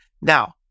Now